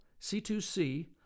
C2C